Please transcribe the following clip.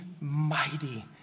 mighty